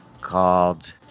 called